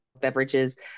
beverages